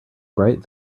bright